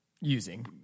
using